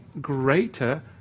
greater